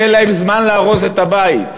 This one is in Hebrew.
יהיה להם זמן לארוז את הבית.